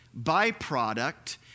byproduct